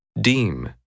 Deem